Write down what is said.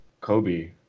Kobe